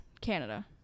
Canada